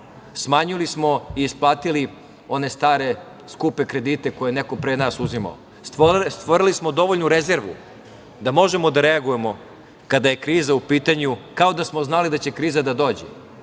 Smanjili smo i isplatili one stare skupe kredite koje je neko pre nas uzimao. Stvorili smo dovoljnu rezervu da možemo da reagujemo kada je kriza u pitanju kao da smo znali da će kriza da dođe